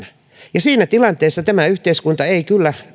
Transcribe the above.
ja siinä tilanteessa tämä yhteiskunta ei kyllä